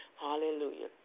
Hallelujah